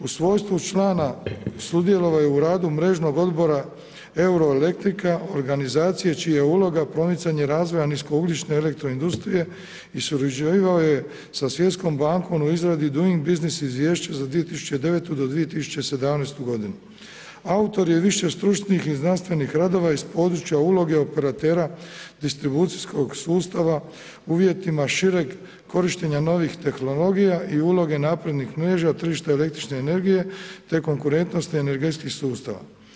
U svojstvu člana sudjelovao je u radu mrežnog odbora Euroelektrika, organizacije čija je uloga promicanje razvoja niskougljične elektroindustrije i surađivao je sa Svjetskom bankom u izradi Doing business izvješća za 2009. do 2017. g. Autor je više stručnih i znanstvenih radova iz područja uloge operatera distribucijskog sustava uvjetima šireg korištenja novih tehnologija i uloge nabojnih mreža tržišta električne energije te konkurentnosti energetskih sustava.